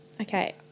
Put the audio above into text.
Okay